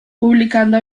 publicando